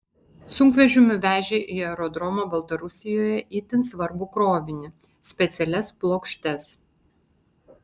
sunkvežimiu vežė į aerodromą baltarusijoje itin svarbų krovinį specialias plokštes